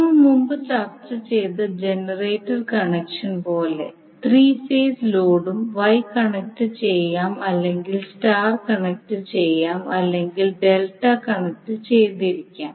നമ്മൾ മുമ്പ് ചർച്ച ചെയ്ത ജനറേറ്റർ കണക്ഷൻ പോലെ ത്രീ ഫേസ് ലോഡും Y കണക്റ്റു ചെയ്യാം അല്ലെങ്കിൽ സ്റ്റാർ കണക്റ്റു ചെയ്യാം അല്ലെങ്കിൽ ഡെൽറ്റ കണക്റ്റു ചെയ്തിരിക്കാം